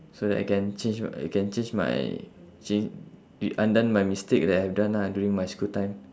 so that I can change my I can change my chang~ undone my mistake that I've done lah during my school time